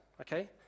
okay